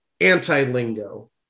anti-lingo